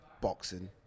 boxing